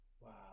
Wow